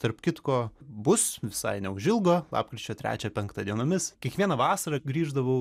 tarp kitko bus visai neužilgo lapkričio trečią penktą dienomis kiekvieną vasarą grįždavau